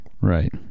Right